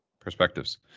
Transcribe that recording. perspectives